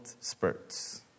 spurts